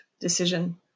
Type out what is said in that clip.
decision